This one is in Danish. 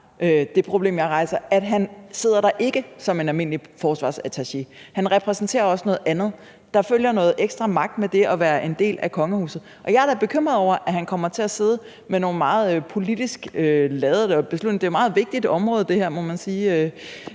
det problem, jeg rejser, nemlig at han ikke sidder der som en almindelig forsvarsattaché. Han repræsenterer også noget andet. Der følger noget ekstra magt med det at være en del af kongehuset. Jeg er da bekymret over, at han kommer til at sidde med nogle meget politisk ladede beslutninger, for det her er jo et meget vigtigt område, må man sige,